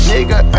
Nigga